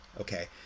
okay